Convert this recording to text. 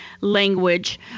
language